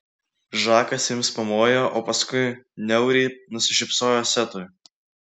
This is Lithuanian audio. žakas jiems pamojo o paskui niauriai nusišypsojo setui